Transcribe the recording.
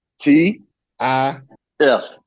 T-I-F